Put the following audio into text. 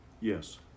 Yes